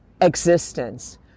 existence